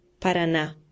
Paraná